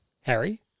Harry